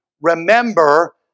remember